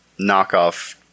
knockoff